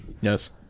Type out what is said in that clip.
yes